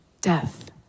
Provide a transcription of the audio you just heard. death